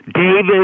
David